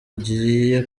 agiye